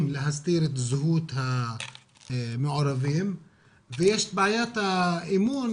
להסתיר את זהות המעורבים ויש את בעיית האמון,